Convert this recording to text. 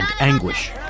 anguish